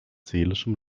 seelischem